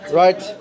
right